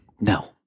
no